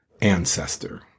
ancestor